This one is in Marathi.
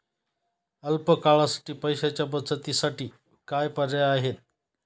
अल्प काळासाठी पैशाच्या बचतीसाठी काय पर्याय आहेत?